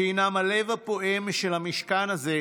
שהם הלב הפועם של המשכן הזה,